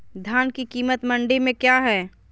धान के कीमत मंडी में क्या है?